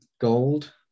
Gold